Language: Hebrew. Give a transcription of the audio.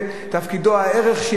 הערך שיש לו,